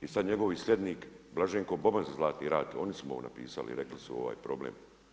I sada njegovi slijednik Blaženko Boban za Zlatni rat, ovo su .. ovo napisali i rekli su ovaj problem.